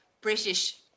British